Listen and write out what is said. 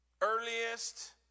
earliest